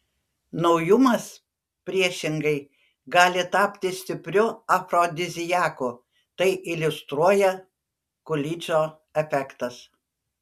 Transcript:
naujumas priešingai gali tapti stipriu afrodiziaku tai iliustruoja kulidžo efektas